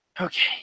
Okay